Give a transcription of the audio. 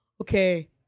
okay